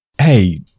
Hey